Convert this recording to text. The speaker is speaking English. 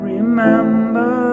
Remember